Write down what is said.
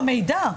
במידע.